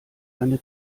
eine